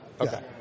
Okay